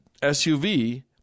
SUV